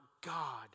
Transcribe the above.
God